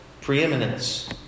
preeminence